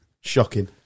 Shocking